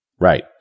Right